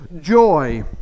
Joy